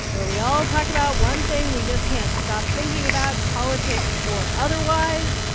where we all talk about one thing we just can't stop thinking about, politics or otherwise.